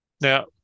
Now